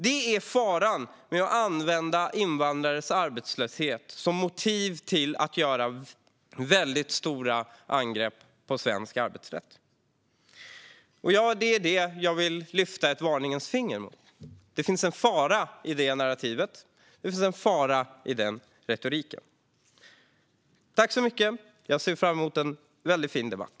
Detta är faran i att använda invandrares arbetslöshet som motiv för att göra stora angrepp på svensk arbetsrätt. Jag vill lyfta ett varningens finger om det. Det finns en fara i detta narrativ. Det finns en fara i denna retorik. Jag ser fram emot en fin debatt.